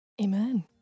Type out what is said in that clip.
Amen